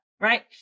right